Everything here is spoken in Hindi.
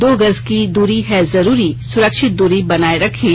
दो गज की दूरी है जरूरी सुरक्षित दूरी बनाए रखें